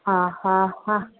हा हा हा